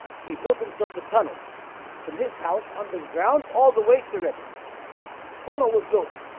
so he built himself a tunnel from his house under the ground all the way to remi tunnel was built,